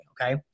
Okay